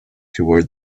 toward